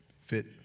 fit